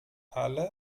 alle